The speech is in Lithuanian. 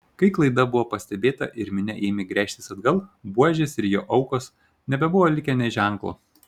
kai klaida buvo pastebėta ir minia ėmė gręžtis atgal buožės ir jo aukos nebebuvo likę nė ženklo